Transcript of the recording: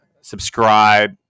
Subscribe